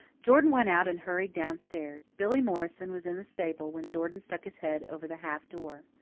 jordan went out and hurried down-stairs. billy morrison was in the stable, when jordan stuck his head over the half-door.